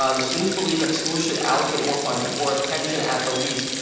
ah the students believe that schools should allocate more funding, or attention at the least,